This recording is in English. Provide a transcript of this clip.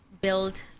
build